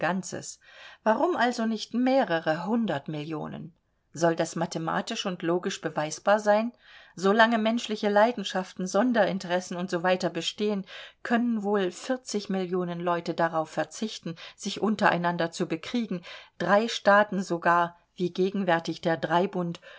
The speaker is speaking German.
warum also nicht mehrere hundert millionen soll das mathematisch und logisch beweisbar sein so lange menschliche leidenschaften sonderinteressen u s w bestehen können wohl millionen leute darauf verzichten sich untereinander zu bekriegen drei staaten sogar wie gegenwärtig der